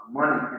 money